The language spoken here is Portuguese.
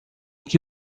que